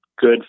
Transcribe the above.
good